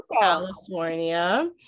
California